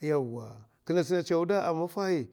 yauwa kinè za tsina maffa a wudahi.